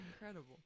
Incredible